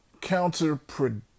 counterproductive